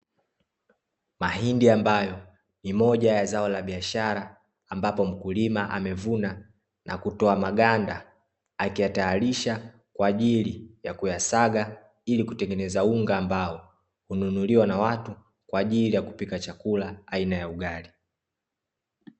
Mahindi ambayo ni moja ya zao ya biashara, ambapo mkulima amevuna na kutoa maganda akiyatayarisha kwaajili ya kuyasaga ili kutengeneza unga, ambao hununuliwa na watu kwaajili ya kupika chakula aina ya ugali.